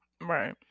Right